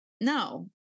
no